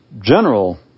general